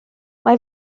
mae